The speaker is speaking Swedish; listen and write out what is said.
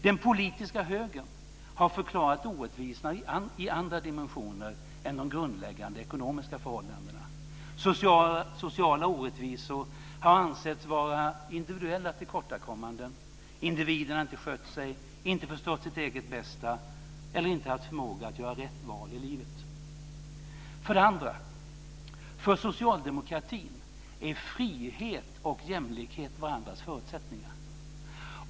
Den politiska högern har förklarat orättvisorna i andra dimensioner än de grundläggande ekonomiska förhållandena. Sociala orättvisor har ansetts vara individuella tillkortakommanden, individen har inte skött sig, inte förstått sitt eget bästa eller inte haft förmåga att göra rätt val i livet. För det andra: För socialdemokratin är frihet och jämlikhet varandras förutsättningar.